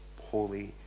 holy